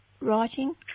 writing